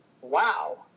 wow